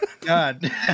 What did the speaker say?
God